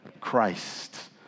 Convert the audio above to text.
Christ